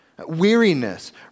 weariness